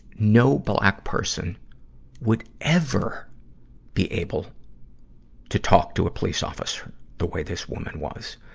no black person would ever be able to talk to a police officer the way this woman was.